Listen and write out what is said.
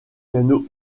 piano